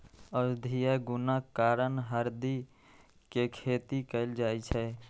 औषधीय गुणक कारण हरदि के खेती कैल जाइ छै